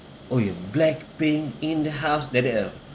oh ya black pink in the house like that ah